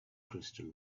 crystal